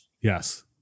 Yes